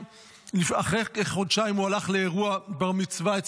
לפני כחודשיים הוא הלך לאירוע בר-מצווה של